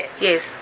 yes